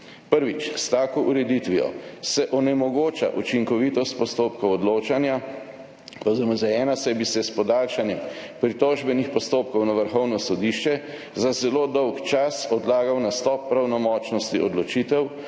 Prvič, stako ureditvijo se onemogoča učinkovitost postopkov odločanja po ZMZ-1, saj bi se s podaljšanjem pritožbenih postopkov na Vrhovnem sodišču za zelo dolg čas odlagal nastop pravnomočnosti odločitev